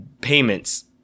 payments